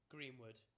Greenwood